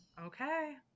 Okay